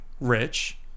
rich